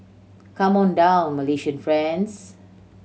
come on down Malaysian friends